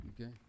Okay